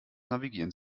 navigieren